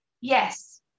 Yes